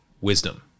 wisdom